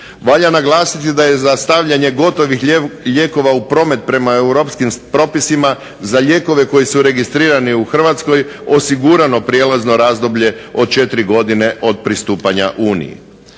Valja naglasiti da je za stavljanje gotovih lijekova u promet prema europskim propisima za lijekove koji su registrirani u Hrvatskoj osigurano prijelazno razdoblje od 4 godine od pristupanja Uniji.